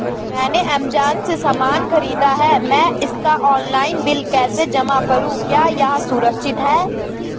मैंने ऐमज़ान से सामान खरीदा है मैं इसका ऑनलाइन बिल कैसे जमा करूँ क्या यह सुरक्षित है?